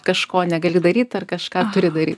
kažko negali daryt ar kažką turi daryt